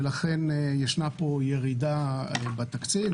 ולכן יש פה ירידה בתקציב.